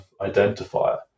identifier